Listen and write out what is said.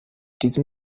diesen